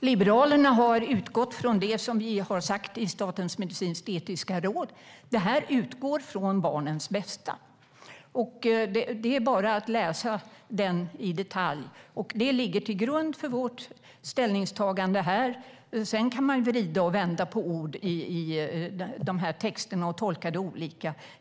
Herr talman! Liberalerna har utgått från det som har sagts i Statens medicinsk-etiska råd där man utgår från barnets bästa. Det är bara att läsa utredningen i detalj. Det ligger till grund för vårt ställningstagande här. Sedan kan man vända och vrida på ord i texterna och tolka dem olika.